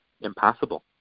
Impossible